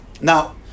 Now